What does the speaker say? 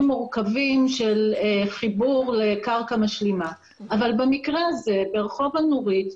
מורכבים של חיבור לקרקע משלימה אבל במקרה הזה ברחוב הנורית,